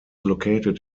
located